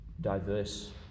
diverse